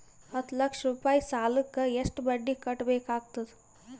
ಹತ್ತ ಲಕ್ಷ ರೂಪಾಯಿ ಸಾಲಕ್ಕ ಎಷ್ಟ ಬಡ್ಡಿ ಕಟ್ಟಬೇಕಾಗತದ?